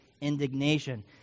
indignation